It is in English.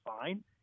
fine